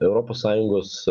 europos sąjungos